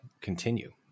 continue